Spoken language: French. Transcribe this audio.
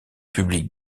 publique